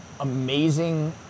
amazing